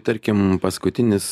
tarkim paskutinis